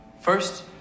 First